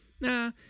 nah